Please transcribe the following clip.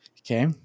Okay